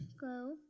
go